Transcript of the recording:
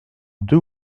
deux